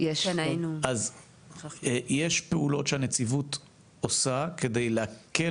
אז יש פעולות שהנציבות עושה כדי להקל